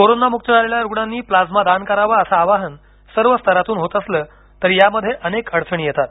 कोरोनामुक्त झालेल्या रुग्णांनी प्लाझ्मा दान करावं असं आवाहन सर्व स्तरातून होत असलं तरी यामध्ये अनेक अडचणी येतात